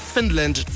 Finland